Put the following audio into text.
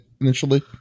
initially